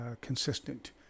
consistent